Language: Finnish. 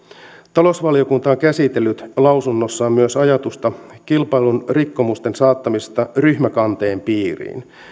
talousvaliokunta on käsitellyt lausunnossaan myös ajatusta kilpailun rikkomusten saattamisesta ryhmäkanteen piiriin